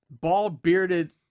bald-bearded